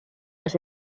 los